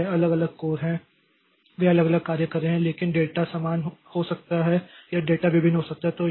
तो यह अलग अलग कोर है वे अलग अलग कार्य कर रहे हैं लेकिन डेटा समान हो सकता है या डेटा भिन्न हो सकता है